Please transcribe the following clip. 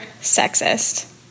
sexist